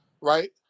right